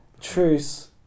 Truce